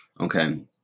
okay